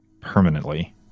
permanently